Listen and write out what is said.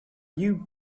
you